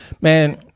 man